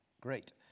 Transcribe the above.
Great